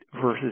versus